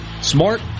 smart